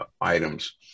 Items